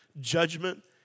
Judgment